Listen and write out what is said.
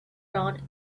around